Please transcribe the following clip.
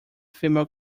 female